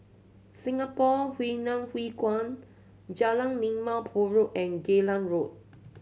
Singapore Hainan Hwee Kuan Jalan Limau Purut and Geylang Road